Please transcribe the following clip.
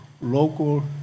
local